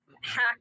hack